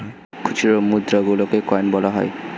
খুচরো মুদ্রা গুলোকে কয়েন বলা হয়